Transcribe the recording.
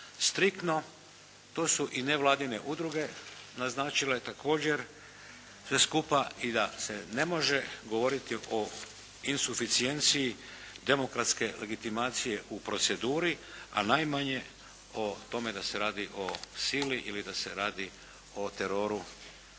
striktno. To su i nevladine udruge naznačile također sve skupa i da se ne može govoriti o insuficijenciji demokratske legitimacije u proceduri, a najmanje o tome da se radi o sili ili da se radi o teroru